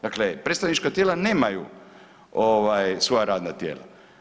Dakle predstavnička tijela nemaju svoja radna tijela.